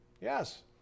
Yes